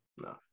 No